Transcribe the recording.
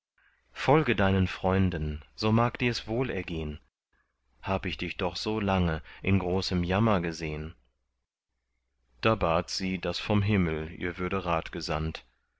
folge deinen freunden so mag dir's wohlergehn hab ich dich doch so lange in großem jammer gesehn da bat sie daß vom himmel ihr würde rat gesandt